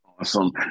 Awesome